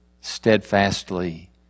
steadfastly